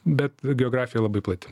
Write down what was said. bet geografija labai plati